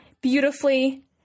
beautifully